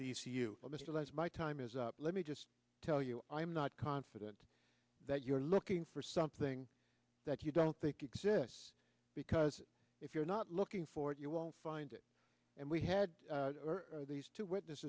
to you mr les my time is up let me just tell you i'm not confident that you're looking for something that you don't think exists because if you're not looking for it you won't find it and we had these two witness